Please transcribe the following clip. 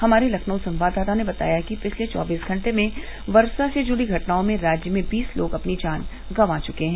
हमारे लखनऊ संवाददाता ने बताया कि पिछले चौबीस घंटे में वर्षा से जुड़ी घटनाओं में राज्य में बीस लोग अपनी जान गंवा चुके हैं